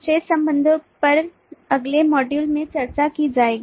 शेष संबंधों पर अगले मॉड्यूल में चर्चा की जाएगी